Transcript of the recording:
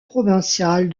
provinciale